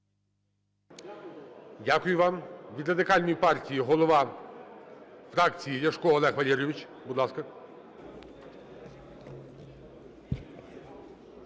Дякую вам. Від Радикальної партії голова фракції Ляшко Олег Валерійович.